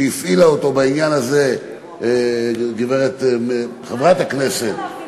שהפעילה אותו בעניין הזה חברת הכנסת, הוא לבד.